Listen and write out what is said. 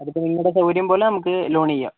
അതിപ്പോൾ നിങ്ങളുടെ സൗകര്യം പോലെ നമുക്ക് ലോണ് ചെയ്യാം